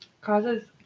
causes